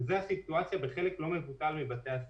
וזו הסיטואציה בחלק לא מבוטל מבתי הספר.